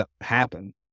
happen